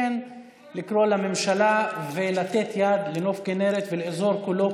כן לקרוא לממשלה לתת יד לנוף הגליל ולאזור כולו,